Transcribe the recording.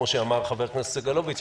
כפי שאמר חבר הכנסת סגלוביץ,